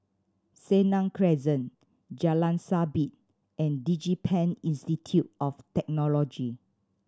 Senang Crescent Jalan Sabit and DigiPen Institute of Technology